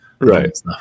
right